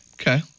Okay